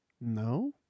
No